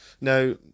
Now